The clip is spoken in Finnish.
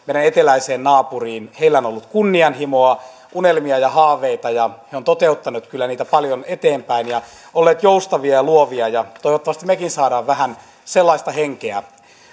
eteläiseen naapuriimme heillä on ollut kunnianhimoa unelmia ja haaveita ja he ovat toteuttaneet niitä paljon eteenpäin olleet joustavia ja luovia toivottavasti mekin saamme vähän sellaista henkeä